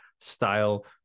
style